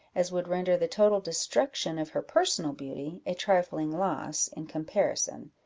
as would render the total destruction of her personal beauty a trifling loss, in comparison,